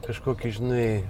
kažkokį žinai